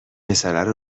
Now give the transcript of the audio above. پسره